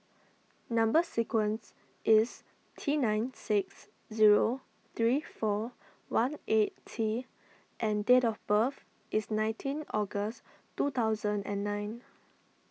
Number Sequence is T nine six zero three four one eight T and date of birth is nineteen August two thousand and nine